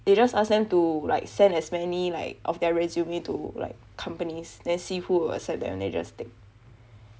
they just ask them to like send as many like of their resume to like companies then see who accept then they will just take